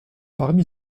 parmi